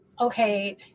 okay